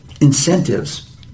incentives